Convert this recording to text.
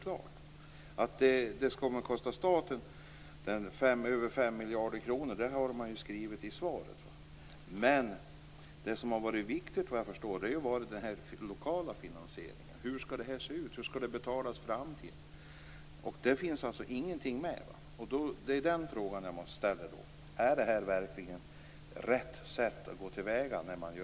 Av svaret framgår det att detta kommer att kosta staten över 5 miljarder kronor. Men det viktiga har varit den lokala finansieringen. Hur skall detta betalas i framtiden? Där finns inget. Är detta rätt sätt att gå till väga vid avtal?